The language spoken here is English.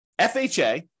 FHA